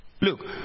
Look